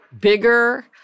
bigger